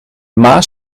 maas